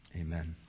Amen